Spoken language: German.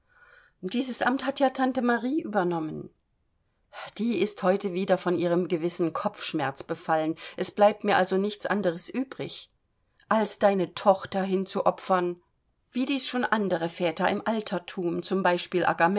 dieses amt hat ja tante marie übernommen die ist heute wieder von ihrem gewissen kopfschmerz befallen es bleibt mir also nichts anderes übrig als deine tochter hinzuopfern wie dies schon andere väter im altertum z